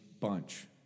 bunch